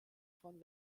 von